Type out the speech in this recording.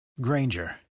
Granger